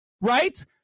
right